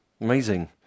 amazing